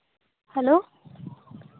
hello